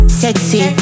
sexy